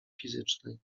fizycznej